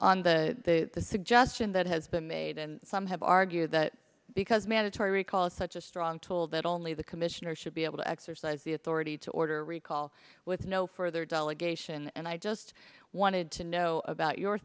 n the the suggestion that has been made and some have argued that because mandatory recall is such a strong toll that only the commissioner should be able to exercise the authority to order a recall with no further delegation and i just wanted to know about your